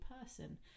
person